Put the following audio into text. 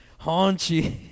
Haunchy